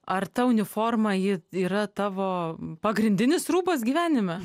ar ta uniforma ji yra tavo pagrindinis rūbas gyvenime